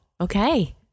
Okay